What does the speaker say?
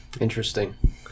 Interesting